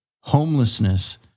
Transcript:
homelessness